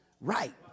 right